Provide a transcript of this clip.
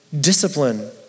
discipline